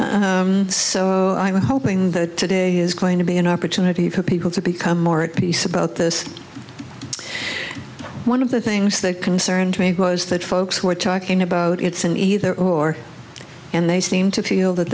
so i'm hoping that today is going to be an opportunity for people to become more at peace about this one of the things that concerned me was that folks were talking about it's an either or and they seem to feel that